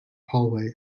hallway